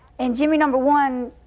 and jimmy number one,